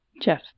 Jeff